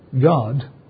God